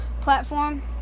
platform